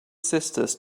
sisters